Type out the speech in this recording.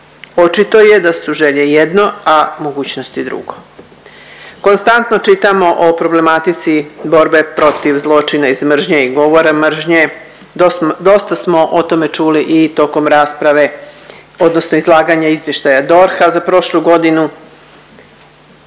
Očito je ta su želje jedno, a mogućnosti drugo. Konstantno čitamo o problematici borbe protiv zločina iz mržnje i govora mržnje, dosta smo o tome čuli i tokom rasprave, odnosno izlaganja izvještaja DORH-a za prošlu godinu.